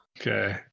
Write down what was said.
Okay